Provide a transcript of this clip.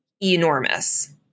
enormous